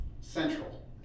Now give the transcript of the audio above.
central